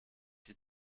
sie